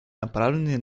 направленные